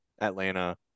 Atlanta